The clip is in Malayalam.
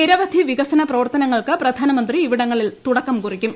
നിരവധി വികസന പ്രവർത്തനങ്ങൾക്ക് പ്രധാനമന്ത്രി ഇവിടങ്ങളിൽ തുടക്കം കുറിക്കും